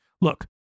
Look